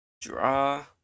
draw